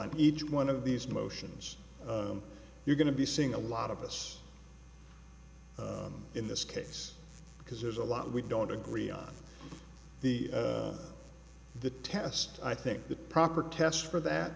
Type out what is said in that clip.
on each one of these motions you're going to be seeing a lot of us in this case because there's a lot we don't agree on the the test i think the proper test for that